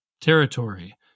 territory